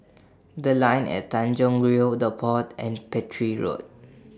The Line At Tanjong Rhu The Pod and Petir Road